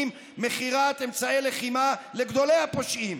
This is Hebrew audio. מכירת אמצעי לחימה לגדולי הפושעים.